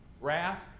wrath